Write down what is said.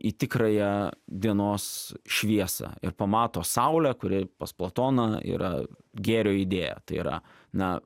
į tikrąją dienos šviesą ir pamato saulę kuri pas platoną yra gėrio idėja tai yra na